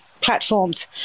platforms